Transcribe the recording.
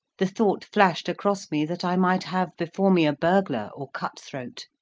the thought flashed across me that i might have before me a burglar or cut-throat,